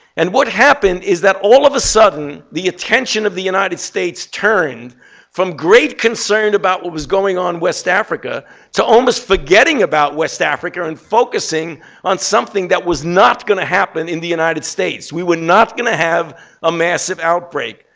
and what happened is that, all of a sudden, the attention of the united states turned from great concern about what was going on west africa to almost forgetting about west africa and focusing on something that was not going to happen in the united states. we were not going to have a massive outbreak,